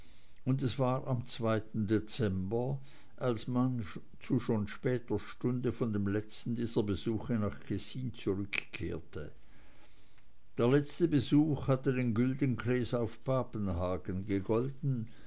und es war am dezember als man zu schon später stunde von dem letzten dieser besuche nach kessin zurückkehrte dieser letzte besuch hatte den güldenklees auf papenhagen gegolten